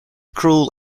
cruel